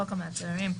חוק המעצרים,